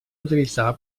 utilitzar